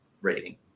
rating